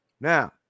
now